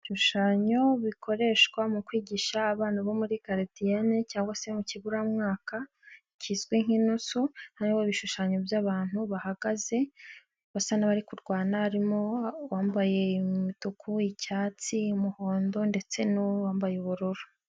ibishushanyo bikoreshwa mu kwigisha abana bo muri garidiyene cyangwa se mu kiburamwaka kizwi nk'inusu, hariho ibishushanyo by'abantu bahagaze basa n'abari kurwana, harimo uwambaye umutuku, icyatsi, umuhondo ndetse n'uwambaye ubururu.